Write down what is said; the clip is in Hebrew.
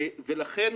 לכן